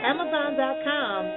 Amazon.com